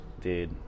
Dude